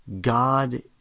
God